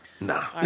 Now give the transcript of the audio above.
Nah